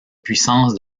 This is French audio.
puissances